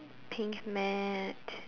pink matte